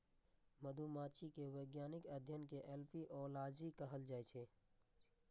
मधुमाछी के वैज्ञानिक अध्ययन कें एपिओलॉजी कहल जाइ छै